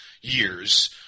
years